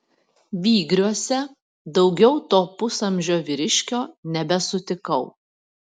vygriuose daugiau to pusamžio vyriškio nebesutikau